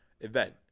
event